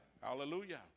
Hallelujah